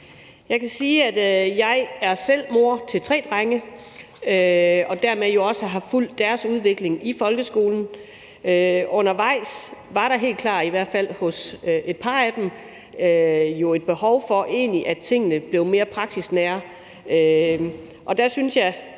Jeg kan sige, at jeg selv er mor til tre drenge, og at jeg jo dermed også har fulgt deres udvikling i folkeskolen, og undervejs var det jo helt klart, at der i hvert fald hos et par af dem var et behov for, at tingene blev mere praksisnære. Og der synes jeg